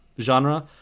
genre